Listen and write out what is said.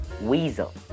weasel